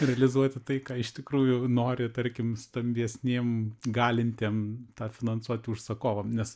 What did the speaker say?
realizuoti tai ką iš tikrųjų nori tarkim stambiesniem galintiem tą finansuoti užsakovam nes